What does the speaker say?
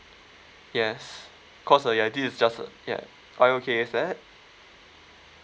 yes cause uh ya this is just ya are you okay with that